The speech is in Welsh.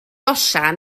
osian